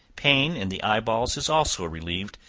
pain in the eyeballs is also relieved,